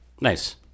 Nice